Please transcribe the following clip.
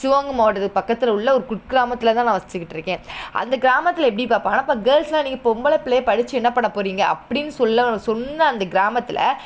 சிவகங்கை மாவட்டத்துக்கு பக்கத்தில் உள்ள ஒரு குக்கிராமத்தில்தான் நான் வசித்துக்கிட்ருக்கேன் அந்த கிராமத்தில் எப்படி பார்ப்பாங்கனா இப்போ கேர்ள்ஸ்லாம் நீங்கள் பொம்பளை பிள்ளைய படித்து என்ன பண்ண போகறீங்க அப்படின்னு சொல்ல சொன்ன அந்த கிராமத்தில்